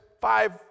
five